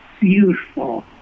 beautiful